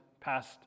past